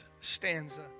stanza